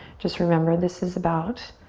just remember, this is about